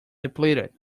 depleted